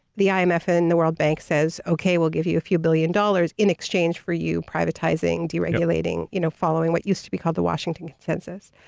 the imfn and the world bank says okay. we'll give you a few billion dollars in exchange for you privatizing, deregulating, you know following what used to be called the washington consensus.